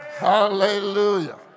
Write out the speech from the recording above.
Hallelujah